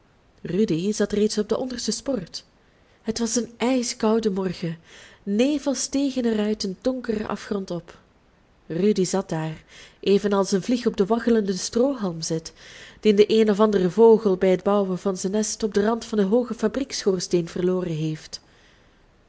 rudy zat reeds op de onderste sport het was een ijskoude morgen nevels stegen er uit den donkeren afgrond op rudy zat daar evenals een vlieg op den waggelenden stroohalm zit dien de een of andere vogel bij het bouwen van zijn nest op den rand van den hoogen fabrieksschoorsteen verloren heeft